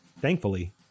Thankfully